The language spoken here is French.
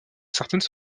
certaines